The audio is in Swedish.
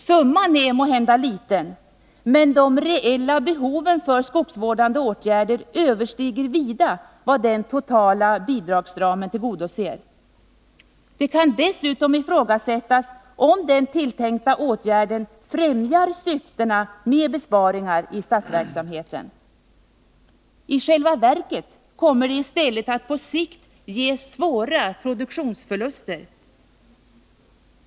Summan är måhända liten, men de reella behoven för skogsvårdande åtgärder överstiger vida vad den totala bidragsramen tillgodoser. Det kan dessutom ifrågasättas om den tilltänkta åtgärden främjar syftena med besparingar i statsverksamheten. I själva verket kommer det i stället att på sikt ge svåra produktionsförluster.